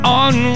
on